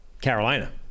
Carolina